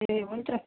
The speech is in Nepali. ए हुन्छ